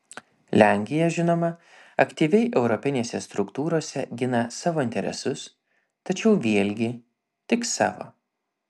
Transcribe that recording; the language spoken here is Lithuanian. lenkija žinoma aktyviai europinėse struktūrose gina savo interesus tačiau vėlgi tik savo